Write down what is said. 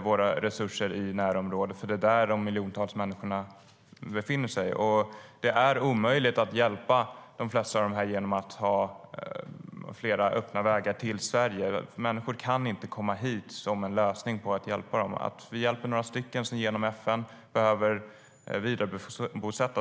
våra resurser i närområdet, för det är där de miljontals människorna befinner sig. Det är omöjligt att hjälpa de flesta av dem genom att ha fler öppna vägar till Sverige. Det är ingen lösning att människor kommer hit. Vi hjälper några stycken som genom FN behöver vidarebosättas.